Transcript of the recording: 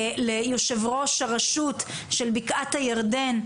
ליושב-ראש הרשות של בקעת הירדן,